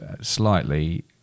slightly